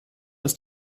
ist